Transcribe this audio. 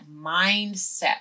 mindset